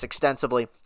extensively